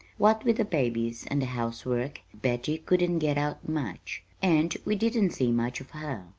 what with the babies and the housework, betty couldn't get out much, and we didn't see much of her.